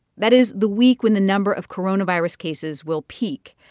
that is the week when the number of coronavirus cases will peak.